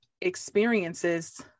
experiences